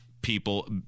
people